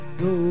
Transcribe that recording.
no